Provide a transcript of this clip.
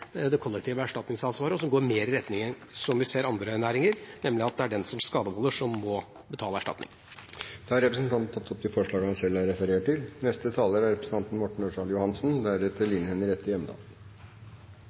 det kollektive erstatningsansvaret som går mer i retning av det vi ser i andre næringer, nemlig at det er skadevolderen som må betale erstatning. Representanten Knut Storberget har tatt opp de forslagene han refererte til. Jeg vil først rette en takk til